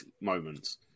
moments